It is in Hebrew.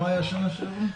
מה היה בשנה שעברה?